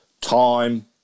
time